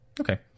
Okay